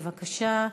בבקשה,